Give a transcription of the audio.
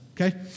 Okay